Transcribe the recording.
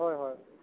হয় হয়